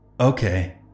Okay